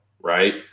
right